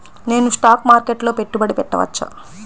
నేను స్టాక్ మార్కెట్లో పెట్టుబడి పెట్టవచ్చా?